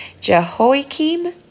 Jehoiakim